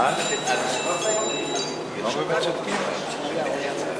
אף אחד לא מבקש עוד דקת שתיקה, מעניין.